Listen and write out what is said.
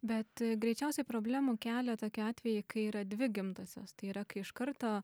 bet greičiausiai problemų kelia tokie atvejai kai yra dvi gimtosios tai yra kai iš karto